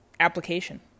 application